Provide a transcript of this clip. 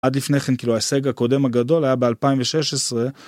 עד לפני כן כאילו ההישג הקודם הגדול היה ב2016.